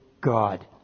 God